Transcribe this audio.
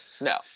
No